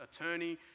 attorney